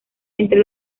entre